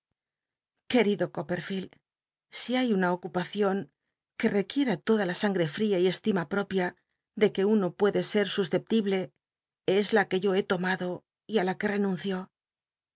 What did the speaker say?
querido coppcrlicld si hay una ocupacion que rec uiera toda la sangre rria y estima propia de que tmo puede ser suscellible es la que yo be omado y i la que enuncio